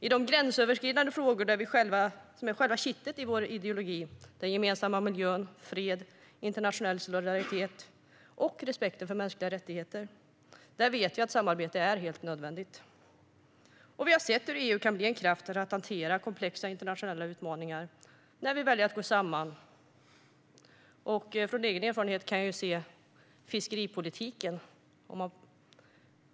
I de gränsöverskridande frågor som är själva kittet i vår ideologi - den gemensamma miljön, fred, internationell solidaritet och respekten för mänskliga rättigheter - vet vi att samarbete är helt nödvändigt. Vi har sett hur EU kan bli en kraft för att faktiskt hantera komplexa internationella utmaningar när vi väljer att gå samman. I min egen erfarenhet kan jag se vad som har skett inom fiskeripolitiken.